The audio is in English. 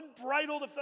unbridled